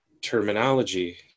terminology